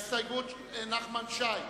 הסתייגות נחמן שי,